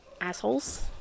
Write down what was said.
assholes